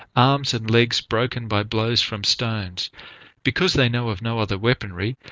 arms and legs broken by blows from stones because they know of no other weaponry,